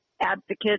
advocates